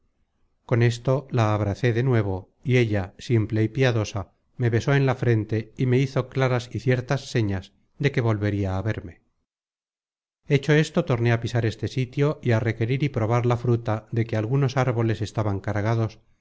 con esto la abracé de nuevo y ella simple y piadosa me besó en la frente y me hizo claras y ciertas señas de que volveria á verme hecho esto torné á pisar este sitio y á requerir y probar la fruta de que algunos árboles estaban cargados